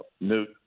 Newt